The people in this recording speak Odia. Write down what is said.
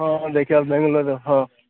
ହଁ ଦେଖିଆ ବାଙ୍ଗଲୋରରେ ହଁ